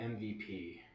MVP